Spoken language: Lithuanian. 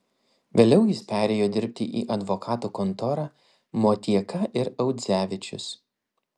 vėliau jis perėjo dirbti į advokatų kontorą motieka ir audzevičius